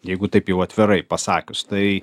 jeigu taip jau atvirai pasakius tai